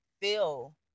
feel